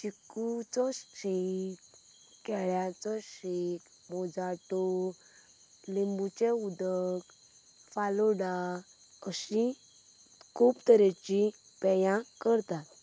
चिकूचो shake केळ्यांचो shake mojito लिंबूचें उदक फालोडा अशीं खूब तरेचीं पेयां करतात